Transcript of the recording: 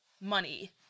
Money